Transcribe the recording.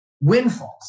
windfalls